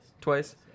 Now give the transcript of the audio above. Twice